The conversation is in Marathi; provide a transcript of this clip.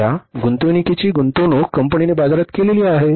त्या गुंतवणूकीची गुंतवणूक कंपनीने बाजारात केली आहे